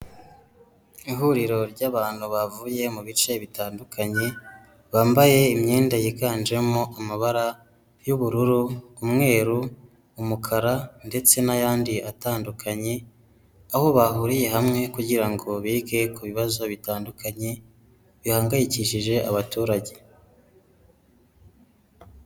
Ihuriro ry'abantu bavuye mu bice bitandukanye bambaye imyenda yiganjemo amabara y'ubururu, umweru, umukara ndetse n'ayandi atandukanye, aho bahuriye hamwe kugirango ngo bige ku bibazo bitandukanye bihangayikishije abaturage.